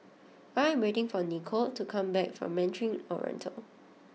I am waiting for Nikole to come back from Mandarin Oriental